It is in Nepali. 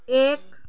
एक